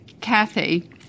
Kathy